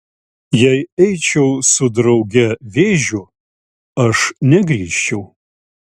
jei eičiau su drauge vėžiu aš negrįžčiau